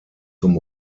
zum